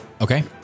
Okay